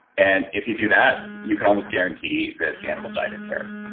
and if you do that, you can almost guarantee that the animal died in terror.